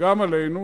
וגם עלינו,